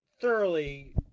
thoroughly